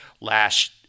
last